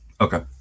Okay